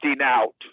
out